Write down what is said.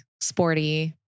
sporty